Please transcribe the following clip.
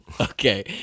Okay